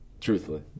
Truthfully